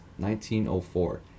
1904